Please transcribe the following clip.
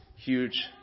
huge